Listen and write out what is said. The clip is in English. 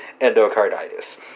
endocarditis